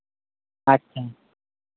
ᱟᱪᱪᱷᱟ